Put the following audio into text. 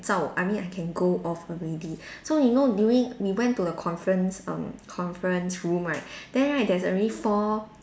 zao I mean I can go off already so you know during we went to the conference um conference room right then right there's already four